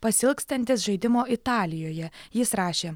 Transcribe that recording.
pasiilgstantis žaidimo italijoje jis rašė